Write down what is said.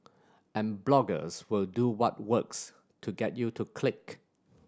and bloggers will do what works to get you to click